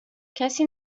کسی